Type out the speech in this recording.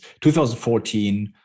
2014